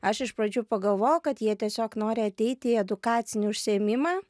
aš iš pradžių pagalvojau kad jie tiesiog nori ateiti į edukacinį užsiėmimą